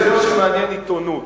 זה מה שמעניין עיתונות,